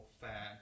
fair